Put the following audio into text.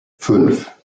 fünf